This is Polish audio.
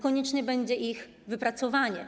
Konieczne będzie ich wypracowanie.